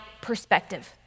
perspective